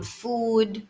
food